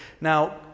Now